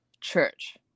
church